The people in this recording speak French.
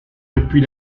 depuis